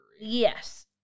Yes